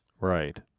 Right